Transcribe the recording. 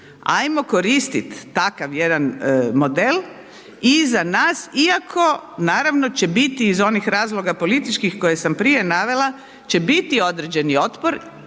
ajmo koristit takav jedan model i za nas iako naravno će biti iz onih razloga političkih koje sam prije navela, će biti određeni otpor